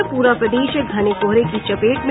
और पूरा प्रदेश घने कोहरे की चपेट में